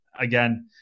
again